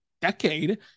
decade